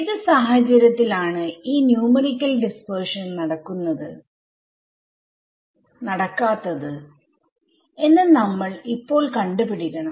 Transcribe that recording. ഏത് സാഹചര്യത്തിൽ ആണ് ഈ ന്യൂമറിക്കൽ ഡിസ്പെർഷൻ നടക്കുന്നത് നടക്കാത്തത് എന്ന് നമ്മൾ ഇപ്പോൾ കണ്ട് പിടിക്കണം